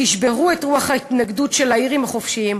תשברו את רוח ההתנגדות של האירים החופשיים,